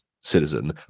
citizen